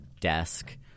desk